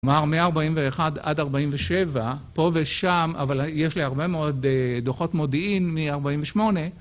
כלומר, מ-41' עד 47' פה ושם, אבל יש לי הרבה מאוד דוחות מודיעין מ-48'.